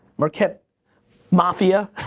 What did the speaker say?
meerkat mafia.